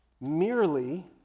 merely